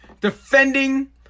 defending